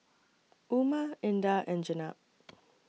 Umar Indah and Jenab